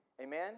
Amen